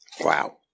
Wow